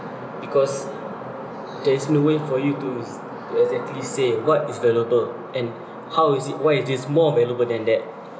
because there is no way for you to to exactly say what is valuable and how is it why it is more valuable than that